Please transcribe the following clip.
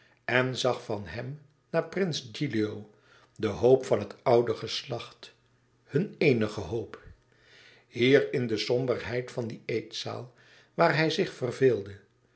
en zag van hem naar prins gilio de hoop van het oude geslacht hun eenige hoop hier in de somberheid van die eetzaal waar hij zich verveelde